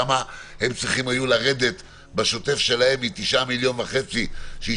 למה הם היו צריכים לרדת בשוטף שלהם מ-9.5 מיליון שאישרתם